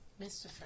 Mr